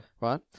Right